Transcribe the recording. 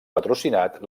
patrocinat